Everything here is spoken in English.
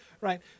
Right